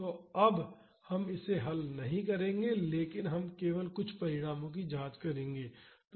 तो अब हम इसे हल नहीं करेंगे लेकिन हम केवल कुछ परिणामों की जांच करेंगे